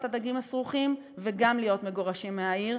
הדגים הסרוחים וגם להיות מגורשים מהעיר,